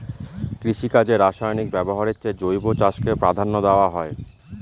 কৃষিকাজে রাসায়নিক ব্যবহারের চেয়ে জৈব চাষকে প্রাধান্য দেওয়া হয়